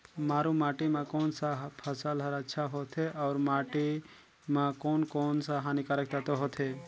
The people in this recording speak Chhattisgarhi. मारू माटी मां कोन सा फसल ह अच्छा होथे अउर माटी म कोन कोन स हानिकारक तत्व होथे?